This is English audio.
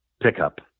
pickup